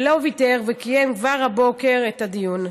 שלא ויתר וקיים כבר הבוקר את הדיון.